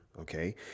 okay